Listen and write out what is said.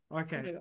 Okay